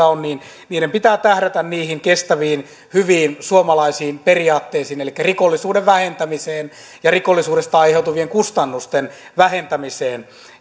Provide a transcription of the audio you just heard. on pitää tähdätä kestäviin hyviin suomalaisiin periaatteisiin elikkä rikollisuuden vähentämiseen ja rikollisuudesta aiheutuvien kustannusten vähentämiseen